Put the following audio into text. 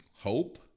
hope